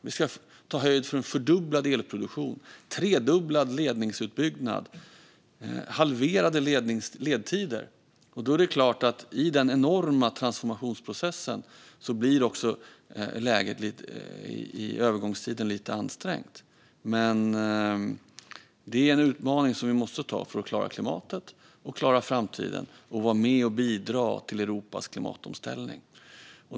Vi ska ta höjd för en fördubblad elproduktion, en tredubblad ledningsutbyggnad och halverade ledtider. Det är klart att i den enorma transformationsprocessen blir läget i övergångstiden lite ansträngt. Men det är en utmaning som vi måste ta för att klara klimatet och klara framtiden och vara med och bidra till Europas klimatomställning.